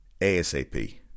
ASAP